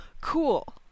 Cool